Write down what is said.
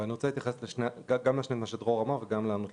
אני רוצה להתייחס גם למה שדרור אמר וגם לשאלת גבירתי.